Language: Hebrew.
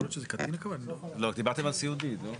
יכול להיות שזה קטין, הכוונה?